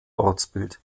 ortsbild